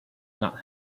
not